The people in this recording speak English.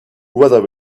whether